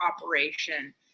operation